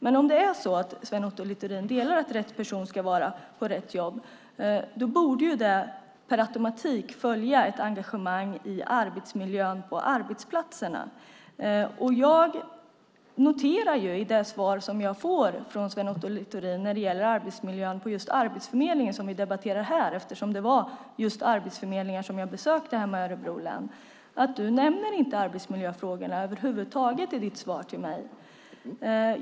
Men om det är så att Sven Otto Littorin delar den uppfattningen borde per automatik ett engagemang för arbetsmiljön och arbetsplatserna följa. I det svar som jag får från Sven Otto Littorin när det gäller arbetsmiljön på Arbetsförmedlingen, som vi debatterar här, eftersom det var arbetsförmedlingar jag besökte hemma i Örebro län, nämner han inte arbetsmiljöfrågorna över huvud taget.